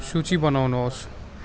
सूची बनाउनु होस्